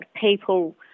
people